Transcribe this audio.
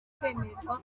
kwemererwa